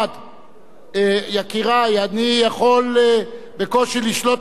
יקירי, אני יכול בקושי לשלוט על חברי הכנסת,